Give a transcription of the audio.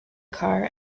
car